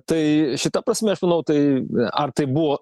tai šita prasme aš manau tai ar tai buvo